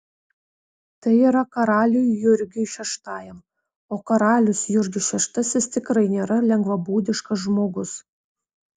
tai yra karaliui jurgiui šeštajam o karalius jurgis šeštasis tikrai nėra lengvabūdiškas žmogus